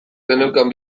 geneukan